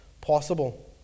possible